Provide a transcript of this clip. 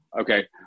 Okay